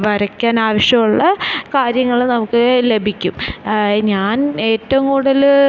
വരക്കാനാവശ്യമുള്ള കാര്യങ്ങൾ നമുക്ക് ലഭിക്കും ഞാൻ ഏറ്റവും കൂടുതൽ